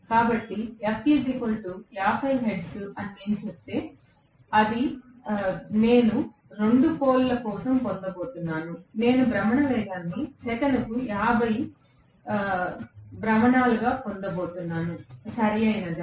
కాబట్టి f 50 hertz అని చెబితే నేను 2 పోల్ ల కోసం పొందబోతున్నాను నేను భ్రమణ వేగాన్ని సెకనుకు 50 విప్లవాలుగా పొందబోతున్నాను సరియైనదా